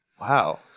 wow